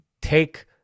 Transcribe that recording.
take